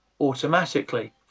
automatically